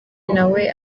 nawe